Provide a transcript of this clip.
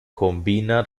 combina